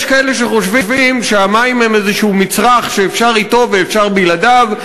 יש כאלה שחושבים שהמים הם מצרך כלשהו שאפשר אתו ואפשר בלעדיו,